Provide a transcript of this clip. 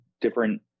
different